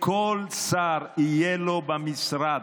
כל שר יהיה לו במשרד,